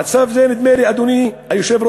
מצב זה, נדמה לי, אדוני היושב-ראש,